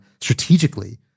strategically